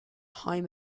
high